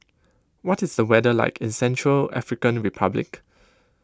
what is the weather like in Central African Republic